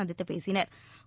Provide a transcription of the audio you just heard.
சந்தித்து பேசினா்